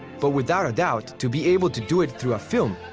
but without a doubt, to be able to do it through a film,